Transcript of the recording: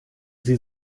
sie